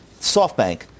SoftBank